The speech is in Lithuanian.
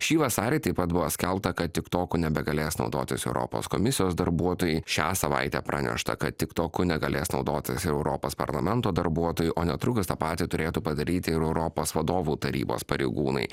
šį vasarį taip pat buvo skelbta kad tiktoku nebegalės naudotis europos komisijos darbuotojai šią savaitę pranešta kad tiktoku negalės naudotis europos parlamento darbuotojai o netrukus tą patį turėtų padaryti ir europos vadovų tarybos pareigūnai